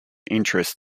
interest